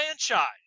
franchise